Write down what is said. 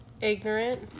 ignorant